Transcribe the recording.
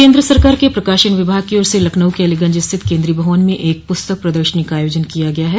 केन्द्र सरकार के प्रकाशन विभाग की ओर से लखनऊ के अलीगंज स्थित केन्द्रीय भवन में एक पुस्तक प्रदर्शनी का आयोजन किया गया है